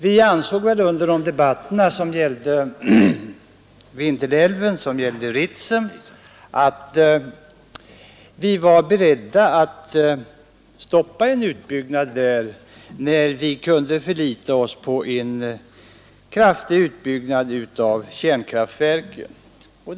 Vi ansåg väl under de debatter som gällde Vindelälven och Ritsem att vi var beredda att stoppa en utbyggnad där, när vi kunde förlita oss på en kraftig utbyggnad av kärnkraftverken.